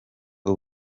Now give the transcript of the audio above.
com